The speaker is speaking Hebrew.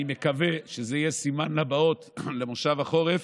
אני מקווה שזה יהיה סימן לבאות למושב החורף,